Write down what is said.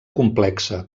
complexa